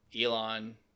Elon